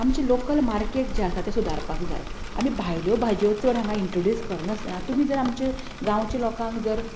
आमचें local market जें आसा तें सुदारपाक जाय आमी भायल्यो भाज्यो चड हांगा इंनट्रोड्युस करिनासतना तुमी जर आमचे गांवचे लोकांक जर